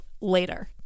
later